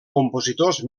compositors